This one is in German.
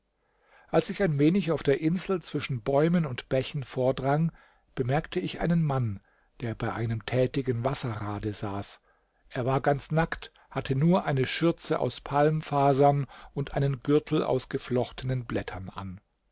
als ich ein wenig auf der insel zwischen bäumen und bächen vordrang bemerkte ich einen mann der bei einem tätigen wasserrade saß er war ganz nackt hatte nur eine schürze aus palmfasern und einen gürtel aus geflochtenen blättern an